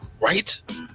Right